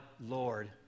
Lord